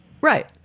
Right